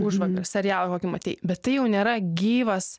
užvakar serialą kokį matei bet tai jau nėra gyvas